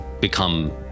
become